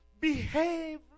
behave